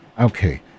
Okay